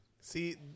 See